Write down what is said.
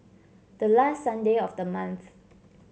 the last Sunday of the month